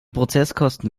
prozesskosten